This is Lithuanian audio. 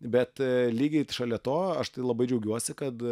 bet lygiai šalia to aš tai labai džiaugiuosi kad